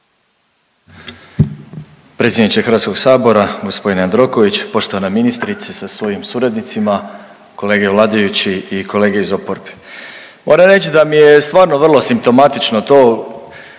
Predsjedniče HS-a g. Jandroković, poštovana ministrice sa svojim suradnicima, kolege vladajući i kolege iz oporbe. Moram reći da mi je stvarno vrlo simptomatično to